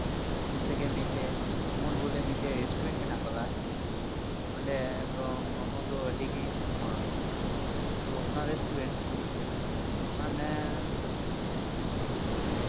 ᱡᱮᱭᱥᱮ ᱠᱮ ᱢᱤᱫᱴᱮᱡ ᱩᱢᱩᱞ ᱵᱚᱞᱮ ᱢᱤᱫᱴᱮᱡ ᱨᱮᱥᱴᱩᱨᱮᱱᱴ ᱢᱮᱱᱟᱜ ᱠᱟᱫᱟ ᱚᱸᱰᱮ ᱫᱚ ᱢᱳᱢᱳ ᱫᱚ ᱟ ᱰᱤ ᱜᱮ ᱯᱷᱮᱢᱟᱥ ᱛᱚ ᱚᱱᱟ ᱨᱮᱥᱴᱩᱨᱮᱱᱴ ᱢᱟᱱᱮ